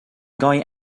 going